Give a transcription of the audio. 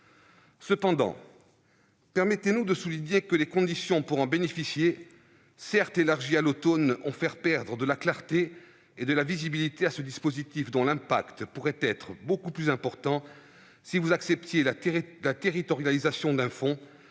Néanmoins, permettez-nous de le souligner, les conditions pour bénéficier de ce fonds, certes élargies à l'automne dernier, ont fait perdre de la clarté et de la visibilité à ce dispositif, dont l'impact pourrait être beaucoup plus important si vous acceptiez sa territorialisation ; cela